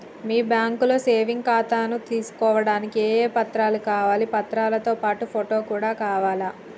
మీ బ్యాంకులో సేవింగ్ ఖాతాను తీసుకోవడానికి ఏ ఏ పత్రాలు కావాలి పత్రాలతో పాటు ఫోటో కూడా కావాలా?